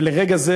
ולרגע זה,